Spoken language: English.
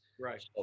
right